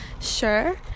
sure